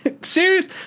Serious